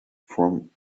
from